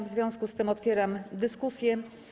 W związku z tym otwieram dyskusję.